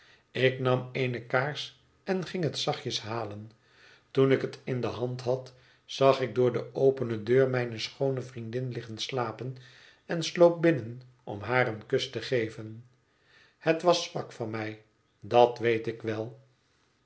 ik nam eene kaars en ging het zachtjes halen toen ik het in de hand had zag ik door de opene deur mijne schoone vriendin liggen slapen en sloop binnen om haar een kus te geven het was zwak van mij dat weet ik wel